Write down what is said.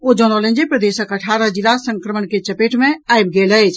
ओ जनौलनि जे प्रदेशक अठारह जिला संक्रमण के चपेट मे आबि गेल अछि